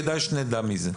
כדאי שנדע מזה.